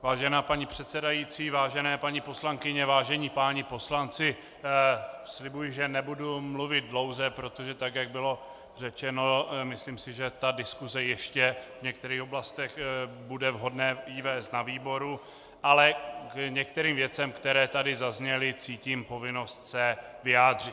Vážená paní předsedající, vážené paní poslankyně, vážení páni poslanci, slibuji, že nebudu mluvit dlouze, protože jak bylo řečeno, myslím si, že diskusi ještě v některých oblastech bude vhodné vést na výboru, ale k některým věcem, které tady zazněly, cítím povinnost se vyjádřit.